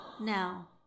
now